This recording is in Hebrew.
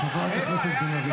חברת הכנסת בן ארי.